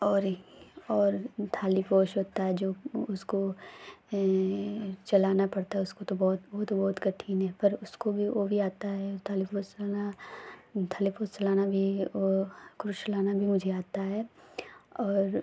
और और थाली पोश होता है जो वह उसको चलाना पड़ता है उसको तो बहुत बहुत बहुत कठिन है पर उसको भी वह भी आता है थाली पोश चलाना थाली पोश चलाना भी वह क्रूश चलाना भी मुझे आता है और